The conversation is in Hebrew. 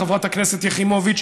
חברת הכנסת יחימוביץ,